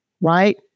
right